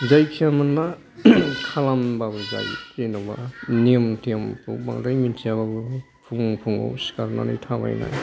जायखिया मोनला खालामब्लाबो जायो जेनबा नियम थियमखौ बांद्राय मिथियाबाबो फुं फुङाव सिखारनानै थाबायनाय